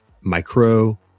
micro